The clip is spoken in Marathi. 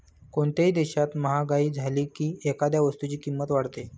कोणत्याही देशात महागाई झाली की एखाद्या वस्तूची किंमत वाढते